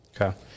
Okay